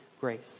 grace